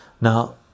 now